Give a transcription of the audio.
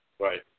Right